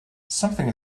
something